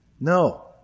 No